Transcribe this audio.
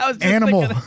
Animal